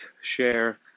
share